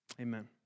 Amen